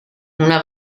una